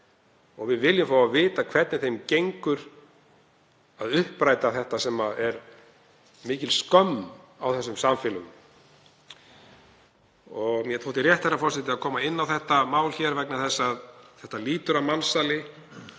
og viljum fá að vita hvernig þeim gengur að uppræta þetta sem er mikil skömm á þessum samfélögum. Herra forseti. Mér þótti rétt að koma inn á þetta mál hér vegna þess að þetta lýtur að mansali